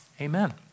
Amen